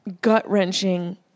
gut-wrenching